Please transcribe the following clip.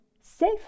safe